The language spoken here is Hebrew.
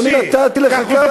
אדוני, נתתי לך.